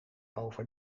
over